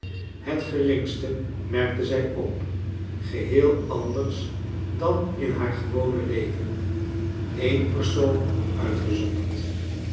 het geringste merkte zij op geheel anders dan in haar gewone leven een persoon uitgezonderd